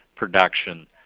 production